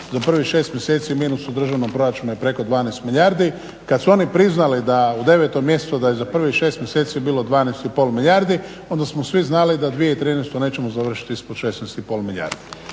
za prvih 6 mjeseci minus u državnom proračunu je preko 12 milijardi. Kada su oni priznali da u 9.mjesecu da je za prvih 6 mjeseci bilo 12,5 milijardi onda smo svi znali da 2013.nećemo završiti ispod 16,5 milijardi.